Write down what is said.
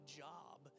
job